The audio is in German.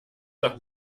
doch